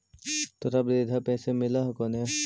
तोहरा वृद्धा पेंशन मिलहको ने?